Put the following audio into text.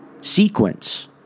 sequence